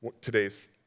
Today's